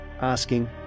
asking